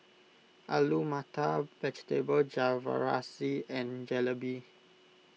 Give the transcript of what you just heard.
Alu Matar Vegetable Jalfrezi and Jalebi